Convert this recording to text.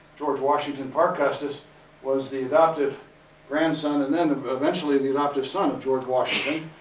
george washington park custis was the adopted grandson and then eventually the adoptive son of george washington.